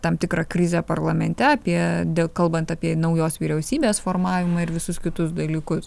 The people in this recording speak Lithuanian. tam tikrą krizę parlamente apie kalbant apie naujos vyriausybės formavimą ir visus kitus dalykus